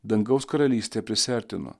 dangaus karalystė prisiartino